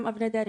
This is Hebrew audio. גם 'אבני דרך',